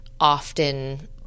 often